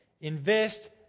Invest